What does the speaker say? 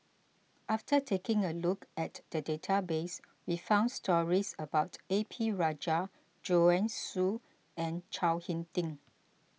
after taking a look at the database we found stories about A P Rajah Joanne Soo and Chao Hick Tin